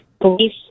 police